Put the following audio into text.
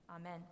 Amen